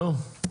זהו?